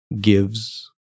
gives